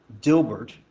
Dilbert